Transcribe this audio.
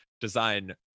design